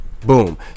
Boom